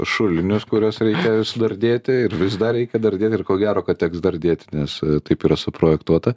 šulinius kuriuos reikia dardėti ir vis dar reikia dardėti ir ko gero kad teks dardėti nes taip yra suprojektuota